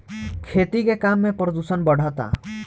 खेती के काम में प्रदूषण बढ़ता